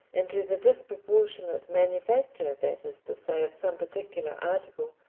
into the disproportionate manufacture, that is to say, of some particular article,